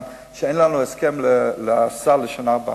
שאין לנו הסכם לסל לשנה הבאה,